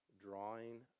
drawing